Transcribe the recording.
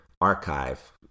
archive